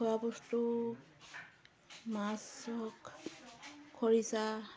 খোৱা বস্তু মাছ হওক খৰিচা